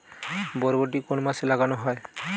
বরবটি কোন মাসে লাগানো হয়?